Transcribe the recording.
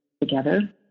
together